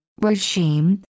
regime